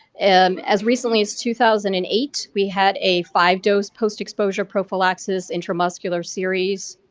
and as recently as two thousand and eight we had a five-dose post-exposure prophylaxis intramuscular series.